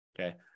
Okay